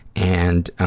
and,